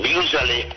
usually